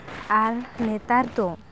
ᱟᱨ ᱱᱮᱛᱟᱨ ᱫᱚ